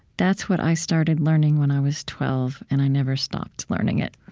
that's what i started learning when i was twelve, and i never stopped learning it.